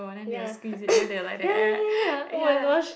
ya ya ya ya ya ya oh-my-gosh